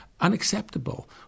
unacceptable